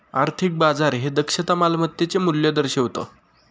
आर्थिक बाजार हे दक्षता मालमत्तेचे मूल्य दर्शवितं